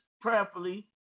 prayerfully